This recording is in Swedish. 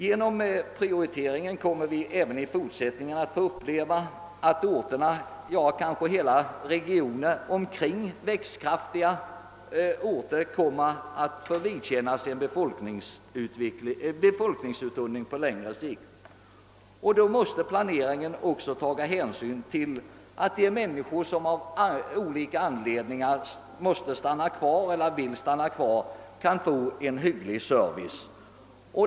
Genom «prioriteringen kommer vi även i fortsättningen att få uppleva att orter, ja, kanske hela regioner omkring växtkraftiga orter kommer att få vidkännas en befolkningsuttunning på längre sikt. Därför måste planeringen också ta hänsyn till att de människor som av olika anledningar måste eller vill stanna kvar där kan få en hygglig service.